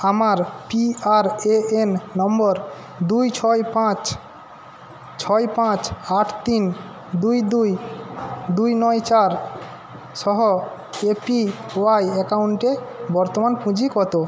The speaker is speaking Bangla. আমার পি আর এ এন নম্বর দুই ছয় পাঁচ ছয় পাঁচ আট তিন দুই দুই দুই নয় চার সহ এ পি ওয়াই অ্যাকাউন্টে বর্তমান পুঁজি কতো